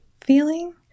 feeling